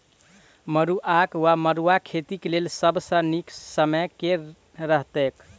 मरुआक वा मड़ुआ खेतीक लेल सब सऽ नीक समय केँ रहतैक?